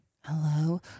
Hello